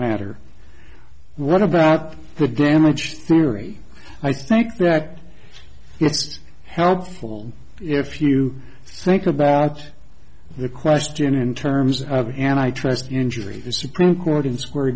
matter what about the damage theory i think that it's helpful if you think about the question in terms of and i trust injury the supreme court in square